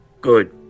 Good